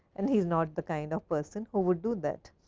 and he is not the kind of person who would do that.